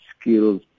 skills